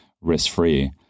risk-free